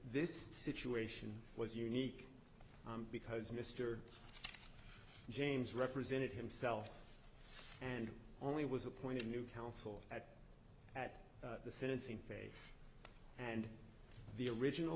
this situation was unique because mr james represented himself and only was appointed new counsel at at the sentencing phase and the original